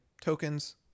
tokens